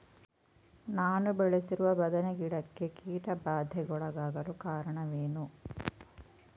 ನಾನು ಬೆಳೆಸಿರುವ ಬದನೆ ಗಿಡಕ್ಕೆ ಕೀಟಬಾಧೆಗೊಳಗಾಗಲು ಕಾರಣವೇನು?